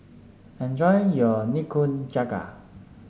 enjoy your Nikujaga